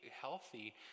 healthy